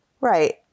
Right